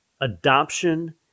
adoption